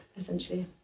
essentially